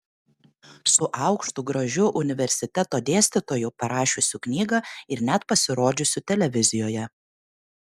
su aukštu gražiu universiteto dėstytoju parašiusiu knygą ir net pasirodžiusiu televizijoje